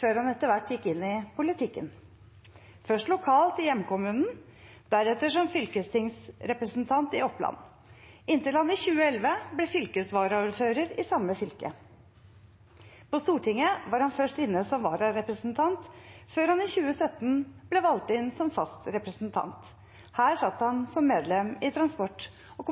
før han etter hvert gikk inn i politikken – først lokalt i hjemkommunen, deretter som fylkestingsrepresentant i Oppland, inntil han i 2011 ble fylkesvaraordfører i samme fylke. På Stortinget var han først inne som vararepresentant før han i 2017 ble valgt inn som fast representant. Her satt han som medlem i transport- og